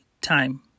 Time